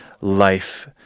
life